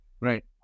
Right